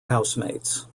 housemates